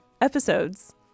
episodes